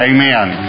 Amen